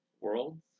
worlds